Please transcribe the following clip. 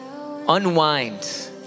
unwind